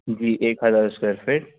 जी एक हज़ार square fit